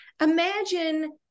Imagine